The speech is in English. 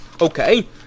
Okay